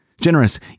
generous